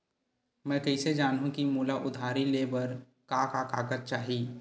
मैं कइसे जानहुँ कि मोला उधारी ले बर का का कागज चाही?